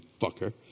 fucker –